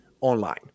online